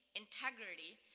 integrity,